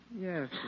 Yes